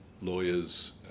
lawyers